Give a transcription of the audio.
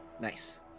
Nice